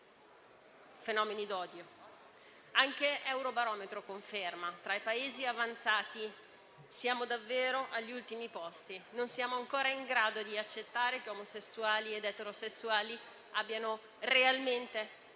Anche Eurobarometro conferma che, tra i Paesi avanzati, siamo davvero agli ultimi posti. Non siamo ancora in grado di accettare che omosessuali ed eterosessuali abbiano realmente gli stessi